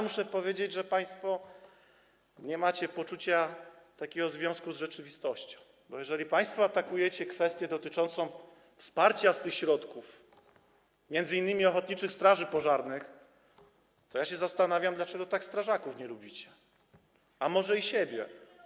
Muszę powiedzieć, że państwo nie macie poczucia związku z rzeczywistością, bo jeżeli państwo atakujecie kwestię dotyczącą wsparcia z tych środków m.in. ochotniczych straży pożarnych, to się zastanawiam, dlaczego tak nie lubicie strażaków, a może i siebie.